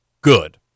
good